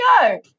go